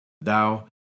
thou